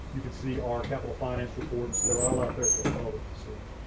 you can see our capital finance reports. they're all out there for the public to see.